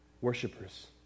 Worshippers